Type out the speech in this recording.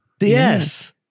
Yes